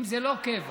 אם זה לא קבע.